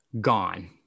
gone